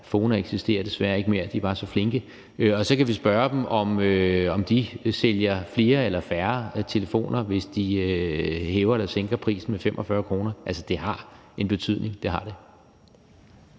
FONA eksisterer desværre ikke mere; de var så flinke – og så kan vi spørge dem, om de sælger flere eller færre telefoner, hvis de hæver eller sænker prisen med 45 kr. Altså, det har en betydning, det har det.